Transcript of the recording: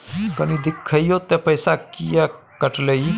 कनी देखियौ त पैसा किये कटले इ?